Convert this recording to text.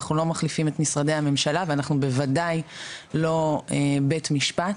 אנחנו לא מחליפים את משרדי הממשלה ואנחנו בוודאי לא בית משפט.